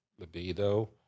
libido